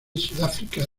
sudáfrica